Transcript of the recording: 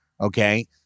Okay